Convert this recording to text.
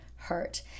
Hurt